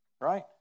Right